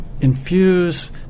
infuse